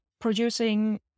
Producing